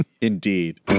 Indeed